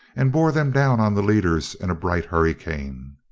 and bore them down on the leaders in a bright hurricane.